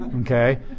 Okay